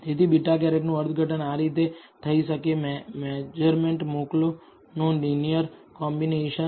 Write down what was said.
તેથી β̂ નું અર્થઘટન આ રીતે થઈ શકે મેજરમેન્ટ મોકલો નું લીનિયર કોમ્બિનેશન